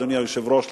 אדוני היושב-ראש,